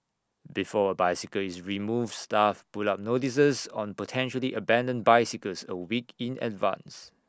before A bicycle is removed staff put up notices on potentially abandoned bicycles A week in advance